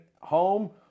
home